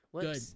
good